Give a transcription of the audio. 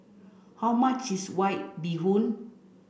how much is white bee hoon